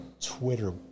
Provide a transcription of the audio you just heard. Twitter